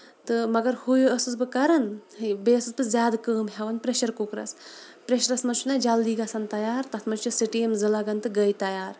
تہٕ مَگر ہُے ٲسٕس بہٕ کران تہٕ بیٚیہِ ٲسٕس بہٕ زیادٕ کٲم ہیوان پریشر کُکرس پریشرَس منٛز چھُ نہ جلدی گژھان تَیار تَتھ منٛزچھِ سِٹیٖم زٕ لگان تہٕ گٔیٚے تَیار